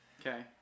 Okay